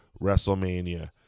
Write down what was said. wrestlemania